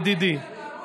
האצ"ל קראו לזה כיבוש.